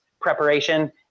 preparation